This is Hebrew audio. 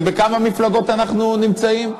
ובכמה מפלגות אנחנו נמצאים.